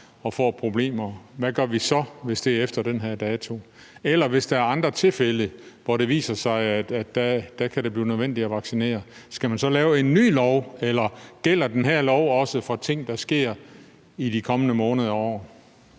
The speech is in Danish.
som får problemer, og hvad gør vi så, hvis det er efter den her dato? Eller der kan være andre tilfælde, hvor det viser sig, at det kan blive nødvendigt at vaccinere. Skal man så lave en ny lov, eller gælder den her lov også for noget, der sker i de kommende måneder og år?